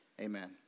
Amen